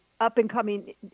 up-and-coming